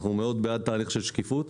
אנחנו מאוד בעד תהליך של שקיפות.